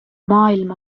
maailm